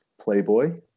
Playboy